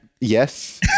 Yes